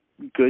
good